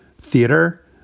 theater